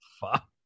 Fuck